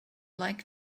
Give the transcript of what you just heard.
like